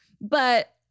But-